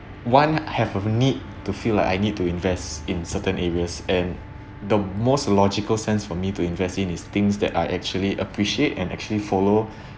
one I have a need to feel like I need to invest in certain areas and the most logical sense for me to invest in these things that I actually appreciate and actually follow